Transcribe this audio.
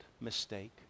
mistake